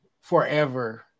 forever